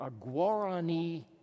Aguarani